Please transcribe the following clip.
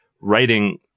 writing